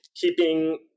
keeping